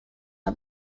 are